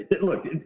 look